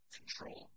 control